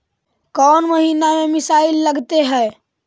कौन महीना में मिसाइल लगते हैं?